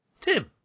tim